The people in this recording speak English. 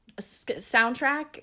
soundtrack